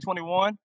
2021